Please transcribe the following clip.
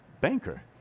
banker